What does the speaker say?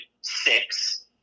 six